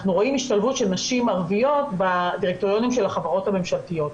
אנחנו רואים השתלבות של נשים ערביות בדירקטוריונים של החברות הממשלתיות.